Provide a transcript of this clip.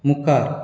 मुखार